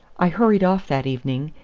i hurried off that evening,